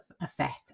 effect